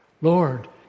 Lord